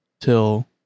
till